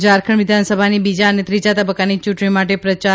ઝારખંડ વિધાનસભાની બીજા ને ત્રીજા તબકકાની ચુંટણી માટે પ્રયાર